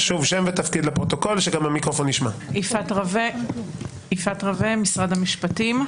יפעת רווה ממשרד המשפטים.